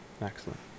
Excellent